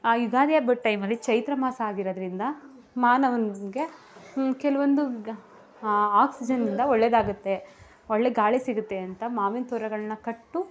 ಆ ಯುಗಾದಿ ಹಬ್ಬದ್ ಟೈಮಲ್ಲಿ ಚೈತ್ರ ಮಾಸ ಆಗಿರೋದರಿಂದ ಮಾನವನಿಗೆ ಕೆಲವೊಂದು ಗಾ ಆಕ್ಸಿಜನಿಂದ ಒಳ್ಳೇದಾಗತ್ತೆ ಒಳ್ಳೆ ಗಾಳಿ ಸಿಗುತ್ತೆ ಅಂತ ಮಾವಿನ ತೋರಗಳನ್ನ ಕಟ್ಟು